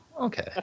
okay